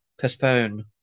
postpone